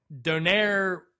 Donaire